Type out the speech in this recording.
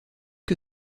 que